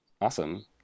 Awesome